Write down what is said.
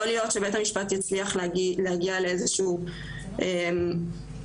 יכול להיות שבית המשפט יצליח להגיע לאיזשהן מחשבות,